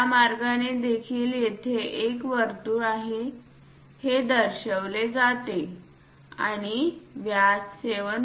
तर या मार्गाने देखील येथे एक वर्तुळ आहे हे दर्शविले जाते आणि व्यास 7